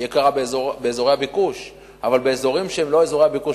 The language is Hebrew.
היא יקרה באזורי הביקוש,